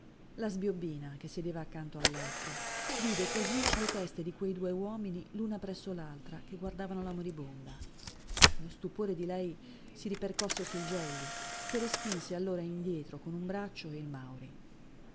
la sbiobbina che sedeva accanto al letto vide così le teste di quei due uomini l'una presso l'altra che guardavano la moribonda lo stupore di lei si ripercosse sul gelli che respinse allora indietro con un braccio il mauri